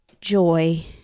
Joy